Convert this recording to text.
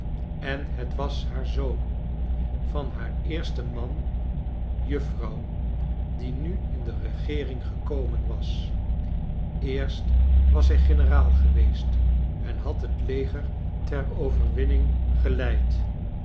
en het was haar zoon van haar eersten man juffrouw die nu in de regeering gekomen was eerst was hij generaal geweest en trad het leger ter overwinning geleid